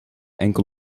enkel